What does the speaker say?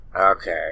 Okay